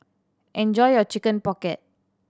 enjoy your Chicken Pocket